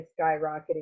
skyrocketing